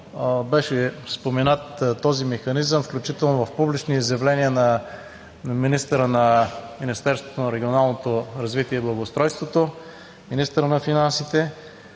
беше споменат този механизъм, включително в публични изявления на министъра на регионалното развитие и благоустройството, на министъра на финансите.